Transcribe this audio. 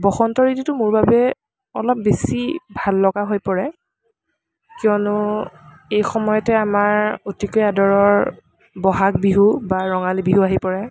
বসন্ত ঋতুটো মোৰ বাবে অলপ বেছি ভাললগা হৈ পৰে কিয়নো এই সময়তে আমাৰ অতিকে আদৰৰ বহাগ বিহু বা ৰঙালী বিহু আহি পৰে